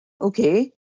Okay